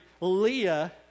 Leah